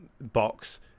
box